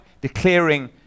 declaring